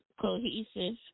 cohesive